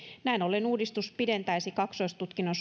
näin ollen uudistus pidentäisi kaksoistutkinnon